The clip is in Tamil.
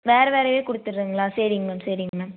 வேறு வேறையே கொடுத்திட்றிங்களா சரிங்க மேம் சரிங்க மேம்